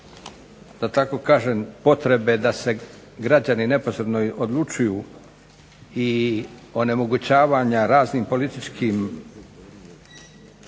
da tako kažem potrebe da se građani neposredno odlučuju i onemogućavanja raznim političkim